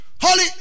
holy